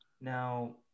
Now